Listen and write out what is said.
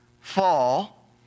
fall